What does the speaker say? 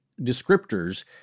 descriptors